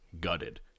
gutted